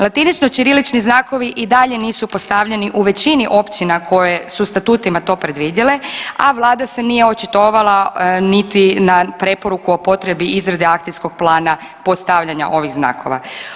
Latinično-ćirilični znakovi i dalje nisu postavljeni u većini općina koje su statutima to predvidjele, a vlada se nije očitovala niti na preporuku o potrebi izrade akcijskog plana postavljanja ovih znakova.